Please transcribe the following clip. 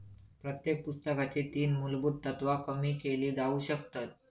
प्रत्येक पुस्तकाची तीन मुलभुत तत्त्वा कमी केली जाउ शकतत